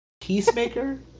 Peacemaker